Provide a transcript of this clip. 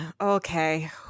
Okay